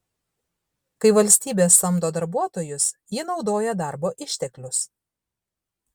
kai valstybė samdo darbuotojus ji naudoja darbo išteklius